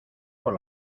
por